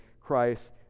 Christ